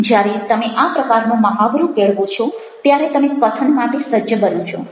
જ્યારે તમે આ પ્રકારનો મહાવરો કેળવો છો ત્યારે તમે કથન માટે સજ્જ બનો છો